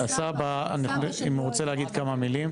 הסבא, אם הוא רוצה להגיד כמה מילים.